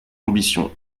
ambition